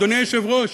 אדוני היושב-ראש,